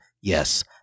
Yes